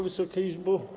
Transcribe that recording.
Wysoka Izbo!